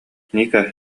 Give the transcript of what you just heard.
ника